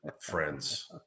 friends